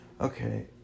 Okay